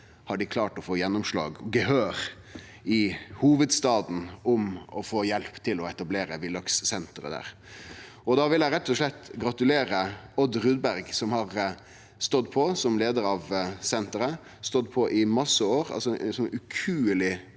har dei klart å få gjennomslag og gehør i hovudstaden for å få hjelp til å etablere villakssenteret der. Eg vil rett og slett gratulere Odd Rudberg, som har stått på som leiar av senteret. Han har stått på i mange år med ukueleg